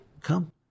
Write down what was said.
come